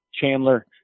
Chandler